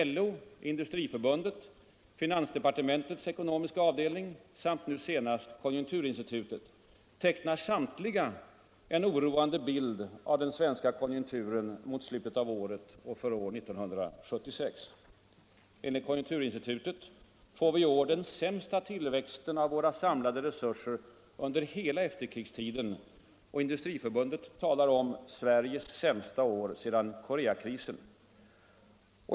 LO, Industriförbundet, finansdepartementets ekonomiska avdelning samt nu senast konjunkturinstitutet tecknar samtliga en oroande bild av den svenska konjunkturen under slutet av året och för år 1976. Enligt konjunkturinstitutet får vi i år den sämsta tillväxten av våra samlade resurser under hela efterkrigstiden. Och Industriförbundet talar om ”Sveriges sämsta år sedan Koreakrisen”.